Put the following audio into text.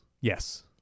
Yes